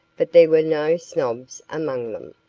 but there were no snobs among them.